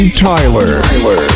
Tyler